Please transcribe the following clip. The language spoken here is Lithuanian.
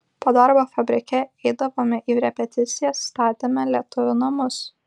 po darbo fabrike eidavome į repeticijas statėme lietuvių namus